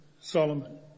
Solomon